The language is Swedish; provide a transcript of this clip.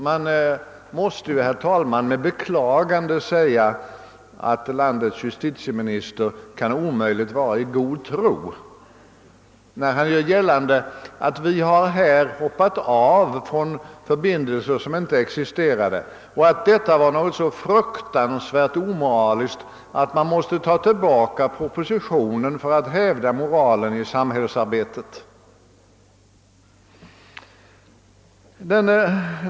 Man måste, herr talman, med beklagande säga, att landets justitieminister omöjligt kan vara i god tro, när han gör gällande att vi har hoppat av från förbindelser som inte existerade och att detta var något så fruktansvärt omoraliskt, att regeringen måste ta tillbaka propositionen för att hävda moralen i samhällsarbetet.